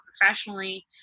professionally